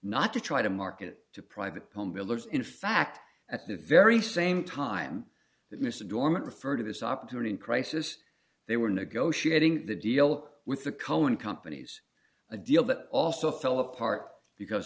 not to try to market to private home builders in fact at the very same time that mr dormant referred to this opportunity in crisis they were negotiating the deal with the cullen companies a deal that also fell apart because